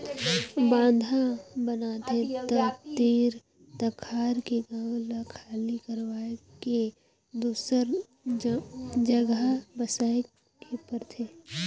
बांधा बनाथे त तीर तखार के गांव ल खाली करवाये के दूसर जघा बसाए के परथे